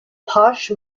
posh